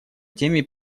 теми